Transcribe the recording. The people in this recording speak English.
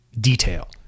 detail